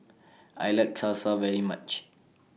I like Salsa very much